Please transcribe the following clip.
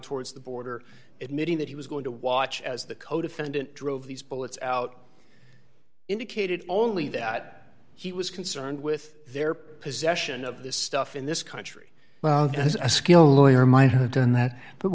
towards the border meeting that he was going to watch as the codefendant drove these bullets out indicated only that he was concerned with their possession of this stuff in this country as a skill a lawyer might have done that but